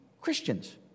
christians